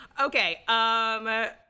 Okay